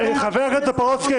חבר הכנסת טופורובסקי,